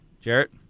Jarrett